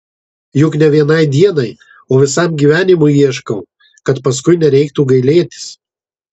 juk ne vienai dienai o visam gyvenimui ieškau kad paskui nereikėtų gailėtis